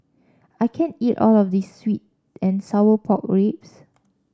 I can't eat all of this sweet and Sour Pork Ribs